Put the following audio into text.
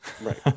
right